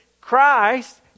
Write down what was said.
Christ